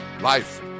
Life